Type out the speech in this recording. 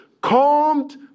calmed